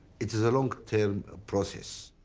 it is a long-term process